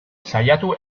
saiatu